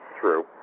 True